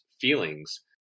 feelings